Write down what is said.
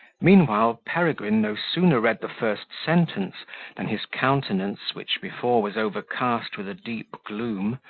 meanwhile, peregrine no sooner read the first sentence than his countenance, which before was overcast with a deep gloom,